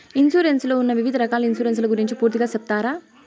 Insurance లో ఉన్న వివిధ రకాల ఇన్సూరెన్సు ల గురించి పూర్తిగా సెప్తారా?